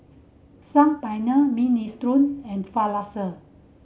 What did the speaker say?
Saag Paneer Minestrone and Falafel